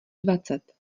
dvacet